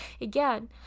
Again